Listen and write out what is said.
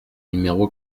numéro